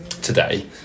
Today